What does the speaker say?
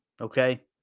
okay